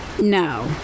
No